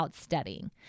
studying